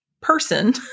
person